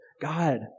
God